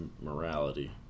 morality